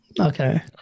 Okay